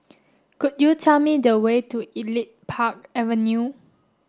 could you tell me the way to Elite Park Avenue